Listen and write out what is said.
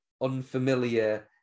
unfamiliar